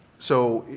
so,